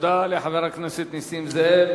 תודה לחבר הכנסת נסים זאב.